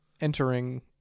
entering